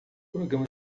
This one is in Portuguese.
programa